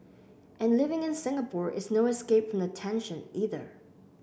and living in Singapore is no escape from the tension either